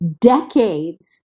decades